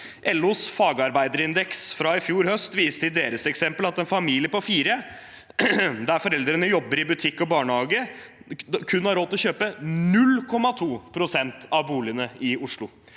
LOs fagarbeiderindeks fra i fjor høst viste i sitt eksempel at en familie på fire der foreldrene jobber i butikk og i barnehage, kun har råd til å kjøpe 0,2 pst. av boligene i Oslo.